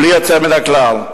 בלי יוצא מן הכלל.